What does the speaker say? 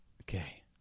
Okay